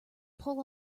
pull